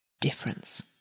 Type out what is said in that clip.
difference